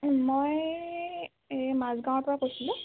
মই এই এই মাজগাঁৱৰ পৰা কৈছিলোঁ